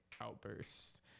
outburst